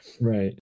Right